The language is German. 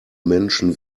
menschen